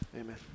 Amen